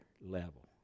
level